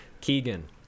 Keegan